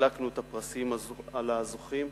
חילקנו את הפרסים לזוכים.